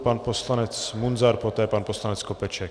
Pan poslanec Munzar, poté pan poslanec Skopeček.